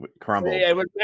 crumbled